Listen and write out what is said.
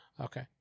Okay